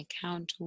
count